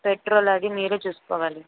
petrol అవి మీరే చూసుకోవాలి